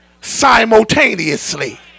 simultaneously